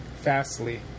Fastly